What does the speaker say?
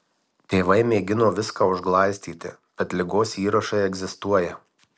tėvai mėgino viską užglaistyti bet ligos įrašai egzistuoja